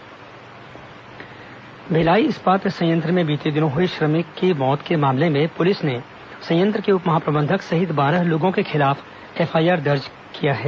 BSP FIR Bhilai इस्पात संयंत्र में बीते दिनों हई श्रमिक की मौत के मामले में पुलिस ने संयंत्र के उप महाप्रबंधक सहित बारह लोगों के खिलाफ एफआईआर दर्ज किया है